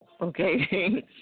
Okay